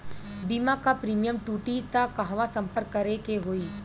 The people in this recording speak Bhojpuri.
बीमा क प्रीमियम टूटी त कहवा सम्पर्क करें के होई?